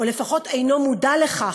או לפחות אינו מודע לו,